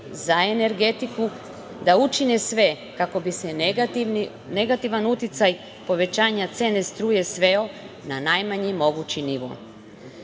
za energetiku da učine sve kako bi se negativan uticaj povećanja cene struje sveo na najmanji mogući nivo. Da